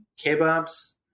kebabs